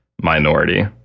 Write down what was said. minority